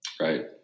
Right